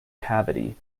cavity